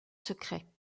secret